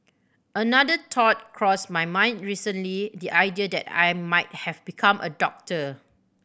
another thought crossed my mind recently the idea that I might have become a doctor